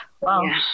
Wow